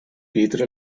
pietre